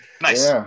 Nice